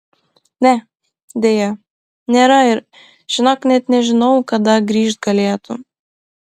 ne deja nėra ir žinok net nežinau kada grįžt galėtų